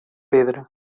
pedra